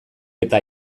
eta